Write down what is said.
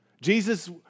Jesus